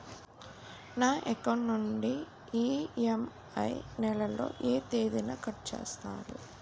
నా అకౌంట్ నుండి ఇ.ఎం.ఐ నెల లో ఏ తేదీన కట్ చేస్తారు?